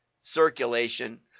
circulation